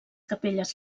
capelles